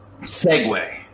segue